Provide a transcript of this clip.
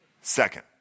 Second